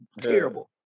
terrible